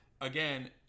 again